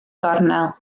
gornel